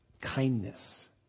kindness